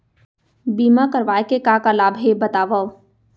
बीमा करवाय के का का लाभ हे बतावव?